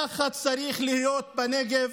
ככה צריך להיות בנגב.